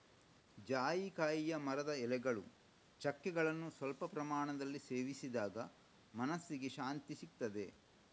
ಜಾಯಿಕಾಯಿಯ ಮರದ ಎಲೆಗಳು, ಚಕ್ಕೆಗಳನ್ನ ಸ್ವಲ್ಪ ಪ್ರಮಾಣದಲ್ಲಿ ಸೇವಿಸಿದಾಗ ಮನಸ್ಸಿಗೆ ಶಾಂತಿಸಿಗ್ತದೆ